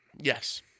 Yes